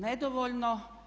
Nedovoljno.